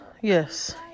Yes